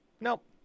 Nope